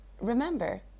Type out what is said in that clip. Remember